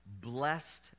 blessed